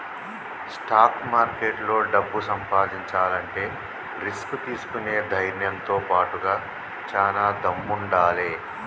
stock మార్కెట్లో డబ్బు సంపాదించాలంటే రిస్క్ తీసుకునే ధైర్నంతో బాటుగా చానా దమ్ముండాలే